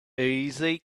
easy